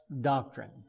doctrine